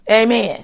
Amen